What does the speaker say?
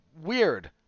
Weird